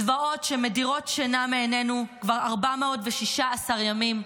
זוועות שמדירות שאינה מעינינו כבר 416 ימים,